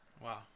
Wow